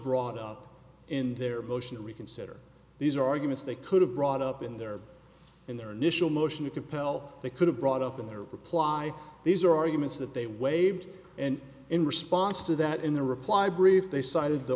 brought up in their motion to reconsider these arguments they could have brought up in their in their initial motion to compel they could have brought up in their reply these are arguments that they waived and in response to that in the reply brief they cited the